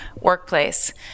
workplace